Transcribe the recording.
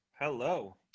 Hello